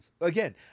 again